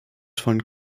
von